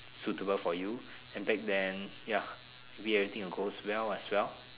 suitable for you then back then ya maybe everything will go well as well